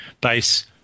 base